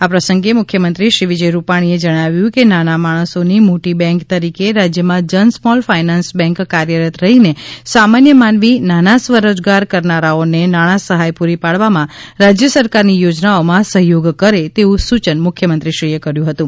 આ પ્રસંગે મુખ્યમંત્રીશ્રી વિજય રૂપાણીએ જણાવ્યું કે નાના માણસોની મોટી બેંક તરીકે રાજ્યમાં જન સ્મોલ ફાઇનાન્સ બેંક કાર્યરત રહીને સામાન્ય માનવી નાના સ્વરોજગાર કરનારાઓને નાણાં સહાય પૂરી પાડવામાં રાજ્ય સરકારની યોજનાઓમાં સહયોગ કરે તેવું સૂચન મુખ્યમંત્રીશ્રીએ કર્યું હતું